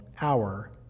hour